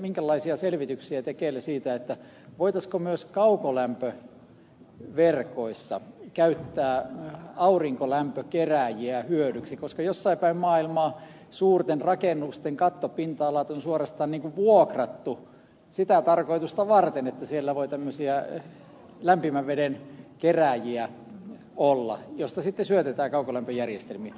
minkälaisia selvityksiä on tekeillä siitä voitaisiinko myös kaukolämpöverkoissa käyttää aurinkolämpökerääjiä hyödyksi koska jossain päin maailmaa suurten rakennusten kattopinta alat on suorastaan vuokrattu sitä tarkoitusta varten että siellä voi tämmöisiä lämpimän veden kerääjiä olla joista lämpöä sitten syötetään kaukolämpöjärjestelmiin